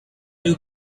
you